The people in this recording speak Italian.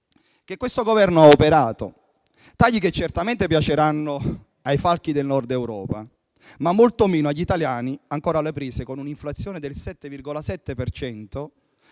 che questo Governo ha operato. Sono tagli che certamente piaceranno ai falchi del Nord Europa, ma molto meno agli italiani, ancora alle prese con un'inflazione del 7,7